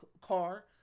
car